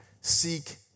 Seek